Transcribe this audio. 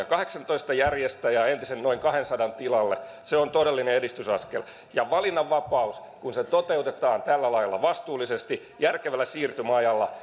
kahdeksantoista järjestäjää entisen noin kahdensadan tilalle se on todellinen edistysaskel ja kun valinnanvapaus toteutetaan tällä lailla vastuullisesti järkevällä siirtymäajalla